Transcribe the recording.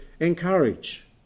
encourage